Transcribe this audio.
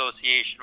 Association